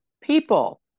people